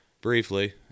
briefly